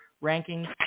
ranking